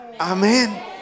Amen